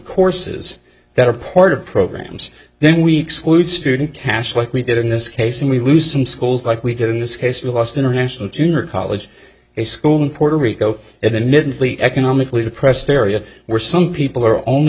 courses that are part of programs then we exclude student cash like we did in this case and we lose some schools like we did in this case for the last international junior college a school in puerto rico at the mid lee economically depressed area were some people are only